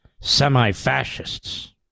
Semi-fascists